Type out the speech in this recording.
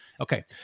Okay